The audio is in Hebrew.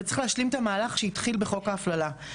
וצריך להשלים את המהלך שהתחיל חוק ההפללה.